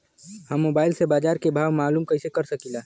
हम मोबाइल से बाजार के भाव मालूम कइसे कर सकीला?